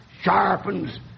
sharpens